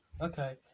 Okay